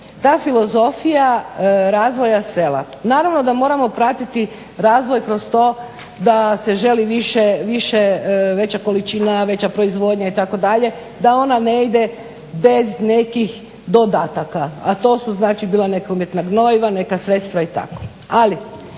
ta filozofija razvoja sela. Naravno da moramo pratiti razvoj kroz to da se želi veća količina, veća proizvodnja itd., da ona ne ide bez nekih dodataka, a to su znači bila neka umjetna gnojiva, neka sredstva i tako.